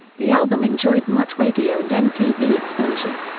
the album enjoyed much radio and mtv exposure.